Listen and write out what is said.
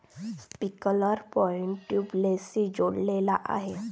sprinkler pipe ट्यूबवेल्सशी जोडलेले आहे